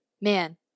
man